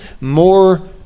more